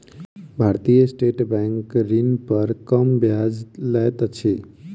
भारतीय state bank ऋण पर कम ब्याज लैत अछि